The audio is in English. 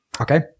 Okay